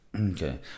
Okay